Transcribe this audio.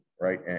right